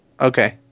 Okay